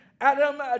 Adam